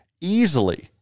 easily